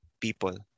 people